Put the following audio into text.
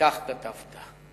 וכך כתבת: